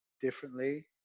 differently